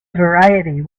variety